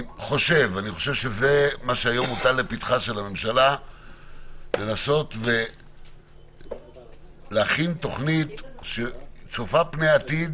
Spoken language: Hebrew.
מה שהיום מוטל לפתחה של הממשלה זה לנסות ולהכין תכנית שצופה פני עתיד